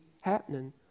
happening